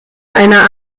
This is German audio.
einer